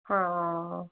ਹਾਂ